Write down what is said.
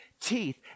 teeth